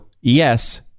yes